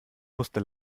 musste